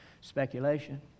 speculation